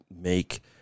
make